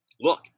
Look